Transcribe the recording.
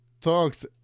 talked